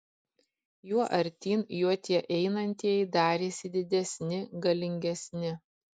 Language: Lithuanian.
juo artyn juo tie einantieji darėsi didesni galingesni